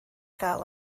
gael